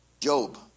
Job